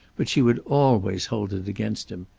but she would always hold it against him.